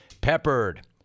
Peppered